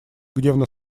гневно